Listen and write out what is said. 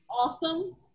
awesome